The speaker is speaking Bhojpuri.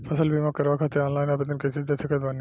फसल बीमा करवाए खातिर ऑनलाइन आवेदन कइसे दे सकत बानी?